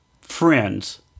friends